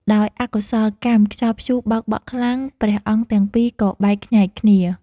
ដោយអកុសលកម្ម ខ្យល់ព្យុះបោកបក់ខ្លាំង ព្រះអង្គទាំងពីរក៏បែកខ្ញែកគ្នា។